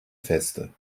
feste